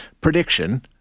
prediction